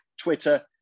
Twitter